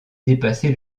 dépasser